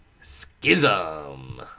Schism